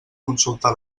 consultar